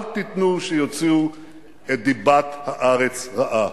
אל תיתנו שיוציאו את דיבת הארץ רעה.